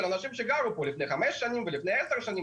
אנשים שגרו כאן לפני חמש שנים ולפני עשר שנים,